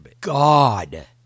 God